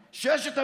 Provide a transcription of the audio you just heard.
שקרית,